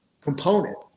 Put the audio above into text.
component